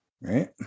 right